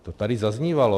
To tady zaznívalo.